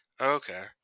okay